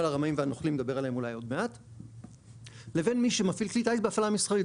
הרמאים והנוכלים לבין מי שמפעיל כלי טיס בהפעלה מסחרית,